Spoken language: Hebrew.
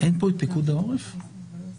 אבל בשיחה שהייתה לי עם פיקוד העורף, בערך